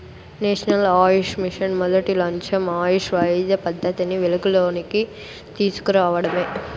national Ayush mission మొదటి లచ్చెం ఆయుష్ వైద్య పద్దతిని వెలుగులోనికి తీస్కు రావడమే